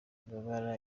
wibabara